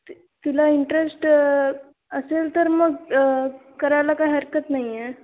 ति तिला इंटरेस्ट असेल तर मग करायला काय हरकत नाही आहे